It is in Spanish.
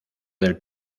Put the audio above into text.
del